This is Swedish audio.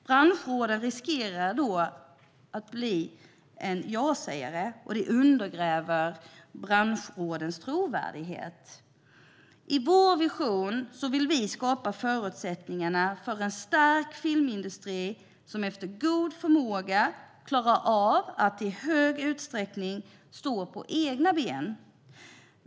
Branschråden riskerar då att bli ja-sägare, och det undergräver branschrådens trovärdighet. I vår vision vill vi skapa förutsättningar för en stark filmindustri som efter god förmåga klarar av att i stor utsträckning stå på egna ben.